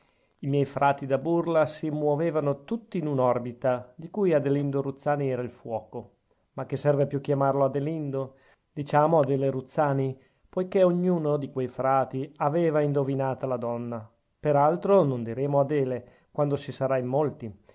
i miei frati da burla si muovevano tutti in un'orbita di cui adelindo ruzzani era il fuoco ma che serve più chiamarlo adelindo diciamo adele ruzzani poichè ognuno di quei frati aveva indovinata la donna per altro non diremo adele quando si sarà in molti